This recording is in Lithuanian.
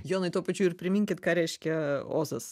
jonai tuo pačiu ir priminkit ką reiškia ozas